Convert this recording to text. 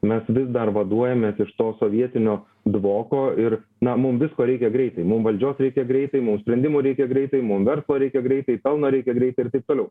mes vis dar vaduojamės iš to sovietinio dvoko ir na mum visko reikia greitai mum valdžios reikia greitai mum sprendimų reikia greitai mum verslo reikia greitai pelno reikia greitai ir taip toliau